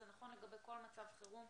זה נכון לגבי כל מצב חירום,